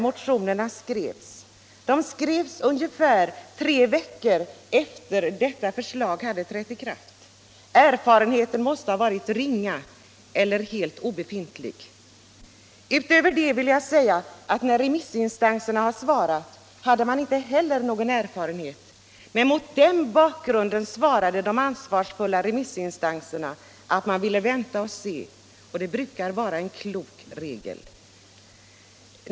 Motionerna utarbetades ungefär tre veckor efter det att reformen på detta område hade trätt i kraft. Erfarenheterna måste ha varit ringa eller obefintliga. Inte heller remissinstanserna hade någon erfarenhet när de skrev sina yttranden. Mot den bakgrunden svarade de ansvarsfulla remissinstanserna att de ville vänta och se, och det är ofta en klok regel.